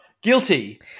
guilty